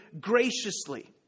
graciously